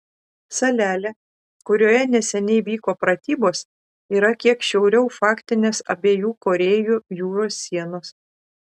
salelė kurioje neseniai vyko pratybos yra kiek šiauriau faktinės abiejų korėjų jūros sienos